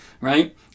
right